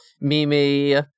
Mimi